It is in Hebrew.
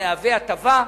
המהווה הטבה,